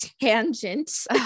tangent